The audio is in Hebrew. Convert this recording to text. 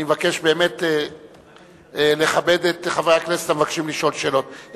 אני אבקש באמת לכבד את חברי הכנסת המבקשים לשאול שאלות.